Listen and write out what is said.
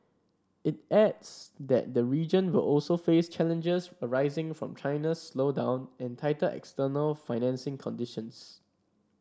it adds that the region will also face challenges arising from China's slowdown and tighter external financing conditions